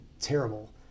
Terrible